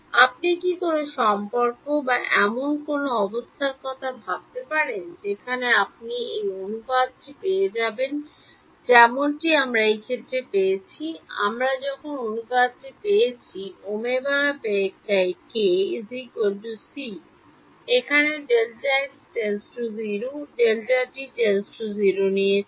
আপনি কি কোনও সম্পর্ক বা এমন একটি অবস্থার কথা ভাবতে পারেন যেখানে আপনি এই অনুপাতটি পেয়ে যাবেন যেমনটি আমরা এই ক্ষেত্রে পেয়েছি আমরা যখন অনুপাতটি পেয়েছি ω k c এখানে Δx → 0 Δt → 0 নিয়েছি